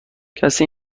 کسی